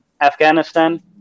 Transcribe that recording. Afghanistan